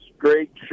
Great